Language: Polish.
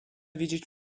widzieć